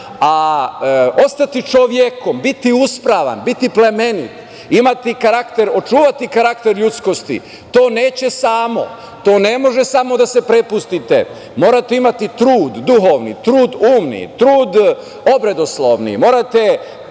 A ostati čovek, biti uspravan, biti plemenit, imati karakter, očuvati karakter ljudskosti, to neće samo, to ne može samo da se prepustite. Morate imati trud, duhovni trud, umni trud, obredoslovni, morate